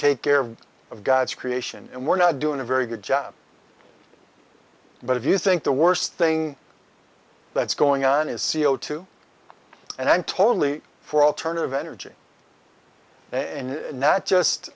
take care of god's creation and we're not doing a very good job but if you think the worst thing that's going on is c o two and i'm totally for alternative energy in not just